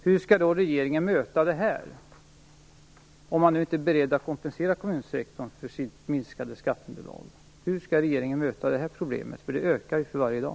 Hur skall regeringen möta detta, om man nu inte är beredd att kompensera kommunsektorn för det minskade skatteunderlaget? Hur skall regeringen möta det problemet? Det ökar ju för varje dag.